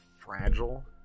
fragile